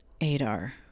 adar